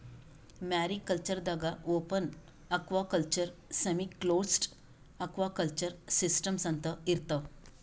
mariculture ದಾಗಾ open aquaculture, semiclosed aquaculture systems ಅಂತಾ ಇರ್ತವ್